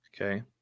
Okay